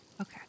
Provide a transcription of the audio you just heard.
Okay